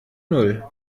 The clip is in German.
null